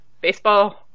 baseball